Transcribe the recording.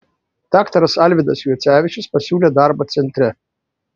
daktaras alvydas juocevičius pasiūlė darbą centre